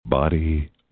Body